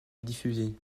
diffuser